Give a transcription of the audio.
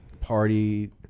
party